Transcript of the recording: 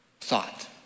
thought